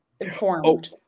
informed